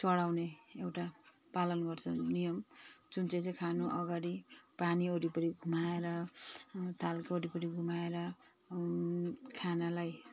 चढाउने एउटा पालन गर्छ नियम जुन चाहिँ चाहिँ खानअगाडि पानी वरिपरि घुमाएर थालको वरिपरि घुमाएर खानालाई